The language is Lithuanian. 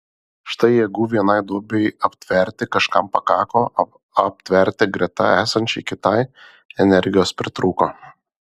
štai jėgų vienai duobei aptverti kažkam pakako o aptverti greta esančiai kitai energijos pritrūko